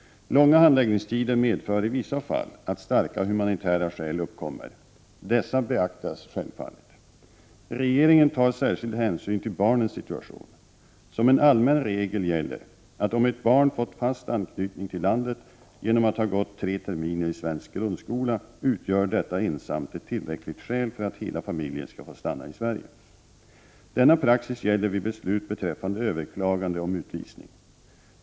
Långa handläggningstider medför i vissa fall att starka humanitära skäl uppkommer. Dessa beaktas självfallet. Regeringen tar särskild hänsyn till barnens situation. Som en allmän regel gäller att om ett barn fått fast anknytning till landet genom att ha gått tre terminer i svensk grundskola utgör detta ensamt ett tillräckligt skäl för att hela familjen skall få stanna i Sverige. Denna praxis gäller vid beslut beträffande överklagande om utvisning.